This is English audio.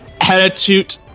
attitude